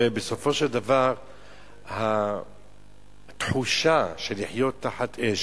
הרי בסופו של דבר התחושה של לחיות תחת אש,